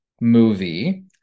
movie